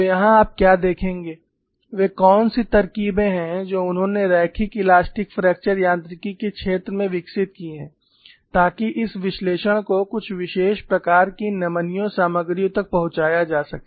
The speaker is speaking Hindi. तो यहाँ आप क्या देखेंगे वे कौन सी तरकीबें हैं जो उन्होंने रैखिक इलास्टिक फ्रैक्चर यांत्रिकी के क्षेत्र में विकसित की हैं ताकि इस विश्लेषण को कुछ विशेष प्रकार की नमनीय सामग्रियों तक पहुंचाया जा सके